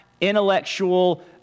intellectual